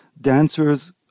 dancers